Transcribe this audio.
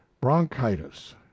bronchitis